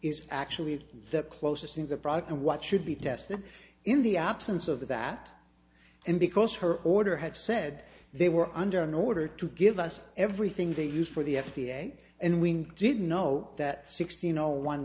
is actually the closest in the product and what should be tested in the absence of that and because her order had said they were under an order to give us everything they used for the f d a and we didn't know that sixteen zero one